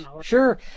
sure